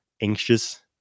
anxious